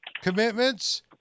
commitments